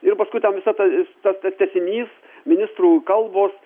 ir paskui ten visa ta tas tas tęsinys ministrų kalbos